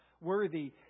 worthy